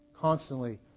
constantly